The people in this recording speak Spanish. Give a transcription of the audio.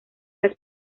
las